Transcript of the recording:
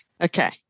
okay